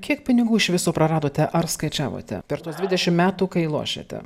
kiek pinigų iš viso praradote ar skaičiavote per tuos dvidešimt metų kai lošėte